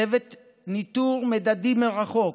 צוות ניטור מדדים מרחוק,